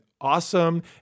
awesome